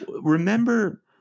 remember